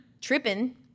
tripping